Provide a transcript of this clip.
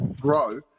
grow